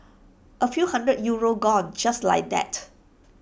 A few hundred euros gone just like that